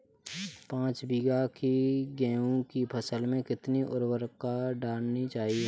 पाँच बीघा की गेहूँ की फसल में कितनी उर्वरक डालनी चाहिए?